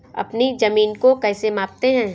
अपनी जमीन को कैसे नापते हैं?